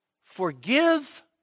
forgive